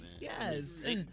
Yes